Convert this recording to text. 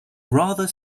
rather